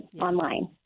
online